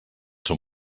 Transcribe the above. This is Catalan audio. són